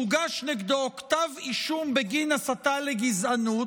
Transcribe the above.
שהוגש נגדו כתב אישום בגין הסתה לגזענות,